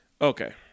Okay